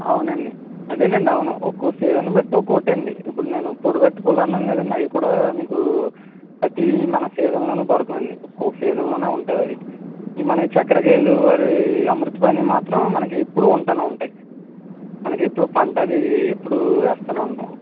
అవునండి అదేనండీ అవును ఒక్కో సీజన్ బట్టి ఒక్కోక్కటి అండీ ఇప్పుడు నేను పొడుగు అరటిపళ్ళు అన్నాను కదండండి అవి కూడ మీకు ప్రతీ మన సీజన్లోనూ దొరకవండి ఒక్కో సీజన్లోనే ఉంటాయి అవి ఈ మన చెక్కెరకేళి అది అమృతపాణి మాత్రం మనకి ఎప్పుడూ ఉంటూనే ఉంటాయి మనకు ఎప్పుడూ పంట అది ఎప్పుడూ వేస్తూనే ఉంటాం